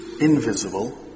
invisible